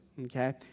okay